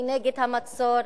אני נגד המצור,